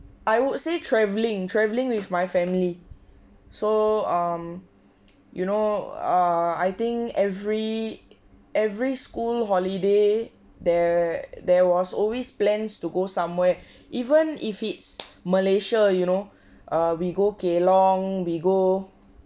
I would say traveling traveling with my family so um you know uh I think every every school holiday there there was always plans to go somewhere even if it's malaysia you know err we go geylang we go